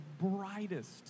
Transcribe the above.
brightest